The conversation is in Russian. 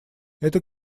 это